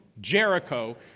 Jericho